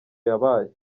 yabaye